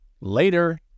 Later